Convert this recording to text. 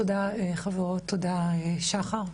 תודה, חברות, תודה שחף.